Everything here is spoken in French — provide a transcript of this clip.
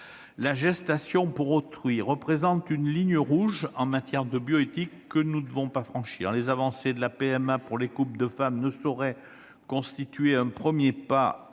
la gestation pour autrui représente une ligne rouge en matière de bioéthique, que nous ne devons pas franchir. Les avancées sur la PMA pour les couples de femmes ne sauraient constituer un premier pas